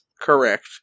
correct